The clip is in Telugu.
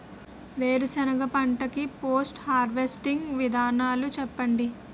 వేరుసెనగ పంట కి పోస్ట్ హార్వెస్టింగ్ విధానాలు చెప్పండీ?